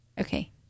Okay